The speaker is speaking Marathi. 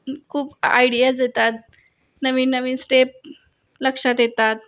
खूप आयडियाज येतात नवीन नवीन स्टेप लक्षात येतात